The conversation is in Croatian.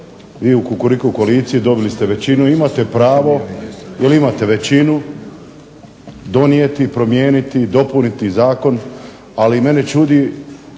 vi u Kukuriku koaliciji dobili ste većinu, imate pravo jel imate većinu donijeti, promijeniti, dopuniti zakon, ali mene čudi